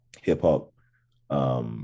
hip-hop